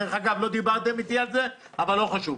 דרך אגב, לא דיברתם איתי על זה, אבל לא חשוב.